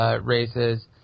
Races